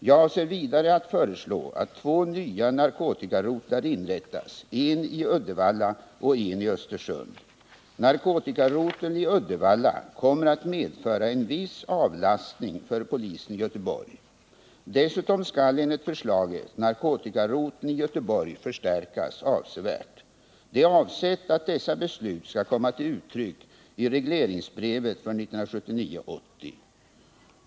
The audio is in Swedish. Jag avser vidare att föreslå att två nya narkotikarotlar inrättas, en i Uddevalla och en i Östersund. Narkotikaroteln i Uddevalla kommer att medföra en viss avlastning för polisen i Göteborg. Dessutom skall enligt förslaget narkotikaroteln i Göteborg förstärkas avsevärt. Det är avsett att dessa beslut skall komma till uttryck i regleringsbrevet för 1979/80.